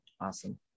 Awesome